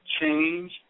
change